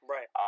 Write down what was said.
Right